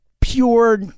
pure